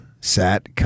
sat